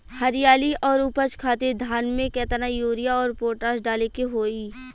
हरियाली और उपज खातिर धान में केतना यूरिया और पोटाश डाले के होई?